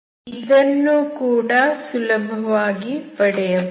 ಇದನ್ನೂ ಕೂಡ ಸುಲಭವಾಗಿ ಪಡೆಯಬಹುದು